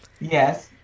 Yes